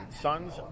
son's